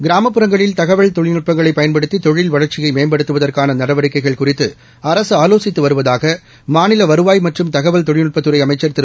கிராமப்புறங்களில் தகவல் தொழில்நுட்பங்களை பயன்படுத்தி தொழில் வளர்ச்சியை மேம்படுத்துவதற்கான நடவடிக்கைகள் குறித்து அரசு ஆலோசித்து வருவதாக மாநில வருவாய் மற்றும் தகவல் தொழில்நட்பத் துறை அமைச்சர் திரு